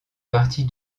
partie